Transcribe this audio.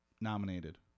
nominated